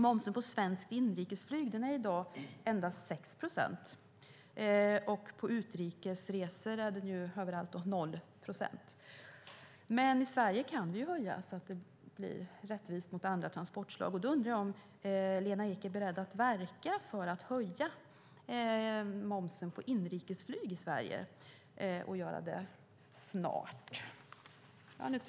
Momsen på svenskt inrikesflyg är i dag endast 6 procent; på utrikes resor är den 0 procent. Sverige kan höja momsen så att det blir rättvist mot andra transportslag. Är Lena Ek beredd att verka för att höja momsen på svenskt inrikesflyg, och göra det snart?